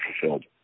fulfilled